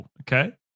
okay